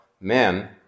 men